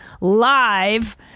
Live